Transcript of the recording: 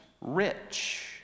rich